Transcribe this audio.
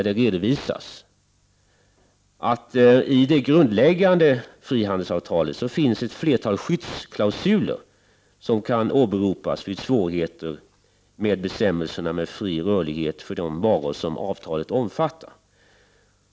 Det redovisas där att det i det grundläggande frihandelsavtalet finns ett flertal skyddsklausuler som kan åberopas när det uppstår svårigheter med bestämmelserna om fri rörlighet för de varor som avtalet omfattar.